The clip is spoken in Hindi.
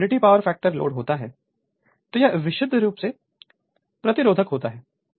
जब यूनिटी पावर फैक्टर लोड होता है तो यह विशुद्ध रूप से प्रतिरोधक होता है